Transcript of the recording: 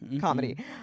Comedy